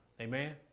amen